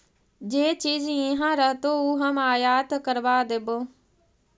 जे चीज इहाँ रहतो ऊ हम आयात करबा देबो